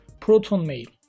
ProtonMail